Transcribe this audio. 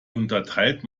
unterteilt